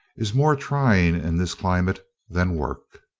is more trying in this climate than work.